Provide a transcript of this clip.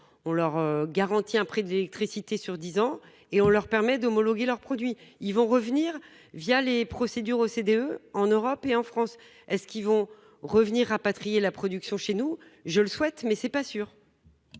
On leur garantit un prix de l'électricité sur 10 ans et on leur permet d'homologuer leurs produits, ils vont revenir via les procédures OCDE en Europe et en France, est-ce qu'ils vont revenir rapatrier la production chez nous, je le souhaite, mais c'est pas sûr.